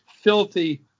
filthy